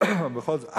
אבל בכל זאת.